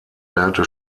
lernte